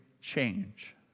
change